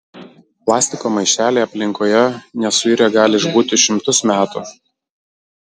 plastiko maišeliai aplinkoje nesuirę gali išbūti šimtus metų